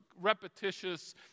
repetitious